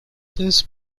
this